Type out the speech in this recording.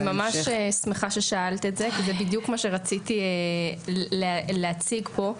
אני ממש שמחה ששאלת את זה כי זה בדיוק מה שרציתי להציג פה.